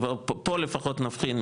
אז פה לפחות נבחין,